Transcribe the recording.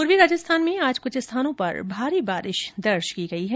पूर्वी राजस्थान में आज कुछ स्थानों पर भारी बारिश दर्ज की गई है